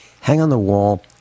hang-on-the-wall